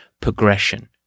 progression